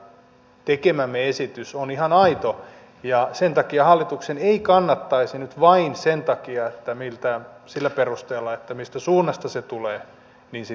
sen takia tekemämme esitys on ihan aito ja sen takia hallituksen ei kannattaisi nyt vain sillä perusteella mistä suunnasta se tulee sitä tyrmätä